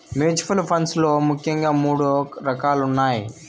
mutual funds లో ముఖ్యంగా మూడు రకాలున్నయ్